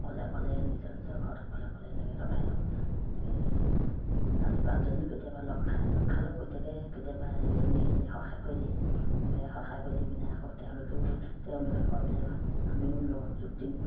অকলে অকলে নিজৰ নিজৰ ঘৰত অকলে অকলে এনেকৈ লগাই লওঁ এনেকৈ চাৰি পাঁচজনীও কেতিয়াবা লগ খাই লগ খালেও প্ৰত্যেকে কেতিয়াবা ইজনী সিজনী সহায় কৰি দিয়ে এনেকৈ সহায় কৰি দি পিনে আকৌ তেওঁলোকেও তেওঁলোকে কয় বোলে আমিও লগত যোগ দিওঁ